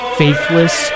faithless